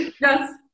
Yes